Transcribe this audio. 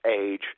age